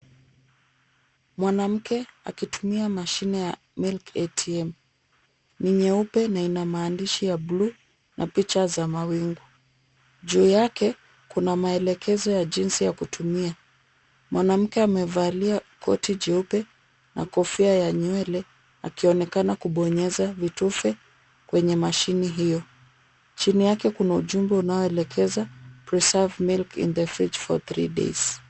Mwanamke akitumia mashine ya milk ATM, ni nyeupe na ina maandishi ya buluu na picha za mawingu. Juu yake kuna maelekezo ya jinsi ya kutumia. Mwanamke amevalia koti jeupe na kofia ya nywele akionekana kubonyeza vitufe kwenye mashine hiyo. Chini yake Kuna ujumbe unaonelekeza preserve milk in the fridge for three days